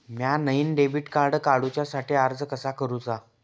म्या नईन debit card काडुच्या साठी अर्ज कसा करूचा?